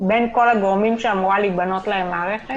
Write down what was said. בין כל הגורמים שאמורה להיבנות להם המערכת,